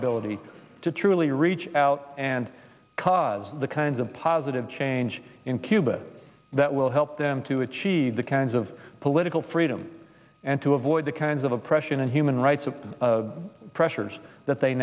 ability to truly reach out and cause the kinds of positive change in cuba that will help them to achieve the kinds of political freedom and to avoid the kinds of oppression and human rights of pressures that they